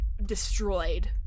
Destroyed